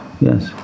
Yes